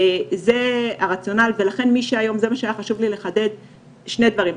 זה הרציונל, ולכן, חשוב לי לחדד שני דברים.